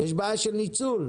יש בעיה של ניצול.